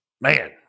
man